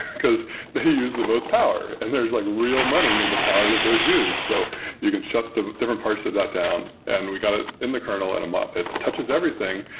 because they use the most power and there's like real money in the power that they'd use. so you can shut the different parts of that down and we got it in the kernel and um ah it touches everything,